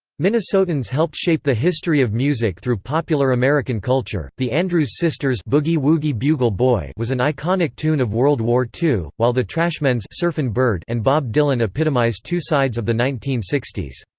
minnesotans helped shape the history of music through popular american culture the andrews sisters' boogie woogie bugle boy was an iconic tune of world war ii, while the trashmen's surfin' bird and bob dylan epitomize two sides of the nineteen sixty s.